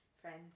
friends